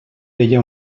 deia